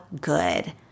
good